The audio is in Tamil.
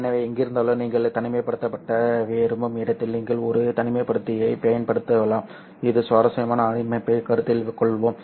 எனவே எங்கிருந்தாலும் நீங்கள் தனிமைப்படுத்த விரும்பும் இடத்தில் நீங்கள் ஒரு தனிமைப்படுத்தியைப் பயன்படுத்தலாம் இந்த சுவாரஸ்யமான அமைப்பை கருத்தில் கொள்வோம்